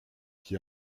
qui